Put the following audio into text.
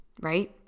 right